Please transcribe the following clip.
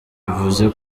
bivuze